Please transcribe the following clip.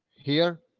here,